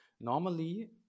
Normally